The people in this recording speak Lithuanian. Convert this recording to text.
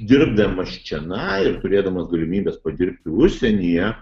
dirbdamas čionai ir turėdamas galimybes padirbti užsienyje